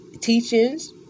teachings